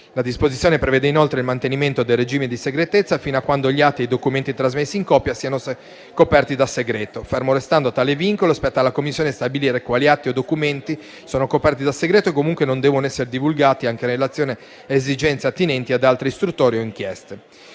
La disposizione prevede inoltre il mantenimento del regime di segretezza fino a quando gli atti e i documenti trasmessi in copia siano coperti da segreto. Fermo restando tale vincolo, spetta alla Commissione stabilire quali atti o documenti sono coperti dal segreto e comunque non devono essere divulgati anche in relazione a esigenze attinenti ad altre istruttorie o inchieste.